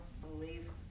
believe